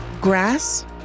grass